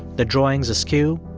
the drawing's askew.